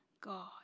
God